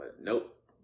Nope